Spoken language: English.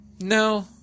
No